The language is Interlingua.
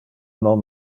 non